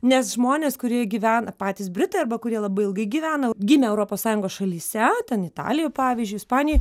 nes žmonės kurie gyvena patys britai arba kurie labai ilgai gyvena gimę europos sąjungos šalyse ten italijoj pavyzdžiui ispanijoj